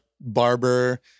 barber